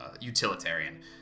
utilitarian